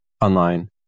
online